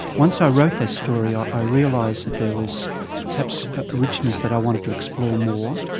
once i wrote that story i i realised that there was perhaps a richness that i wanted to explore more.